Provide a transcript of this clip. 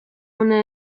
una